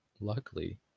Luckily